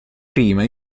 prima